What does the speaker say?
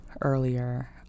earlier